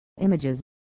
images